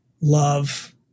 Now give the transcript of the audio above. love